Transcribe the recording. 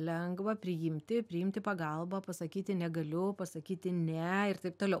lengva priimti priimti pagalbą pasakyti negaliu pasakyti ne ir taip toliau